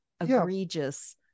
egregious